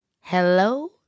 Hello